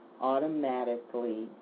automatically